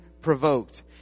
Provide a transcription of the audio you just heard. provoked